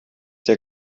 der